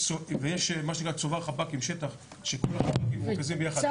ויש מה שנקרא צובר חפ"קים שטח שכל החפ"קים מרוכזים ביחד,